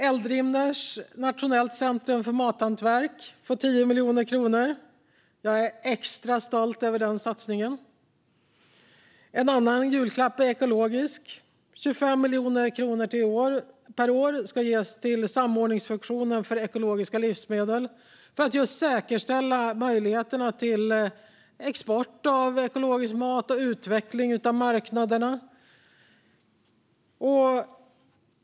Eldrimner Nationellt resurscentrum för mathantverk får 10 miljoner kronor. Jag är extra stolt över den satsningen. En annan julklapp är ekologisk. 25 miljoner kronor per år ges till samordningsfunktionen för ekologiska livsmedel för att säkerställa möjligheterna till export av ekologisk mat och utveckling av marknaderna.